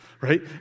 right